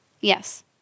Yes